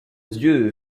dieu